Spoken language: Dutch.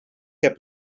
heb